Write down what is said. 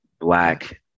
Black